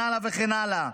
וכן הלאה וכן הלאה